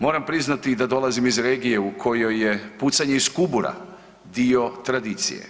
Moram priznati da dolazim iz regije u kojoj je pucanj iz kubura dio tradicije.